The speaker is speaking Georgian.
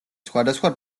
სხვადასხვა